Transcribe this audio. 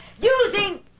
using